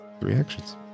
reactions